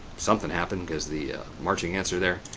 something happened because the marching ants are there.